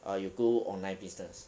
or you do online business